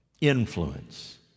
Influence